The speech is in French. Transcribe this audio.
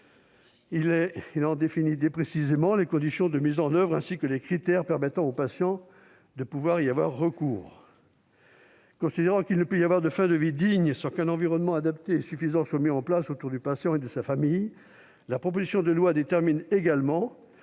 Il en définit précisément les conditions de mise en oeuvre, ainsi que les critères permettant aux patients de pouvoir y avoir recours. Considérant qu'il ne peut pas y avoir de fin de vie digne sans qu'un environnement adapté et suffisant soit mis en place autour du patient et de sa famille, la proposition de loi détermine également